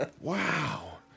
Wow